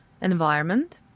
environment